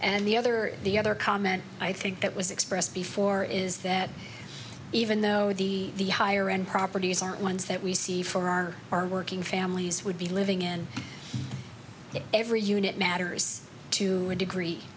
and the other the other comment i think that was expressed before is that even though the higher end properties aren't ones that we see for our our working families would be living in that every unit matters to a degree